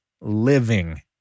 living